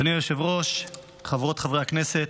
אדוני היושב-ראש, חברות וחברי הכנסת,